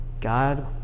God